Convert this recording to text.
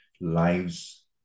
lives